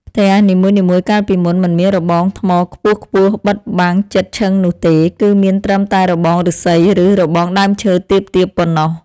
ផ្ទះនីមួយៗកាលពីមុនមិនមានរបងថ្មខ្ពស់ៗបិទបាំងជិតឈឹងនោះទេ គឺមានត្រឹមតែរបងឫស្សីឬរបងដើមឈើទាបៗប៉ុណ្ណោះ។